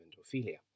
Ophelia